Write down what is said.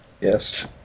Yes